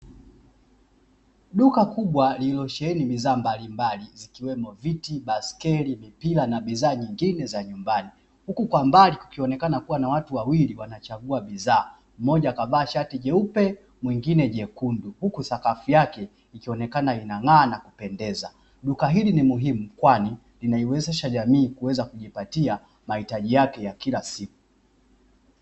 Duka kubwa lililosheheni bidhaa mbalimbali zikiwemo viti, baiskeli, mipira na bidhaa nyingine za nyumbani huku kwa mbali kukionekana kuwa na watu wawili wanachagua bidhaa, mmoja kavaa shati jeupe na mwingine jekundu huku sakafu yake ikionekana inang'aa na kupendeza. Duka hili ni muhimu kwani linaiwezesha jamii kuweza kujipata mahitaji yake ya kila siku.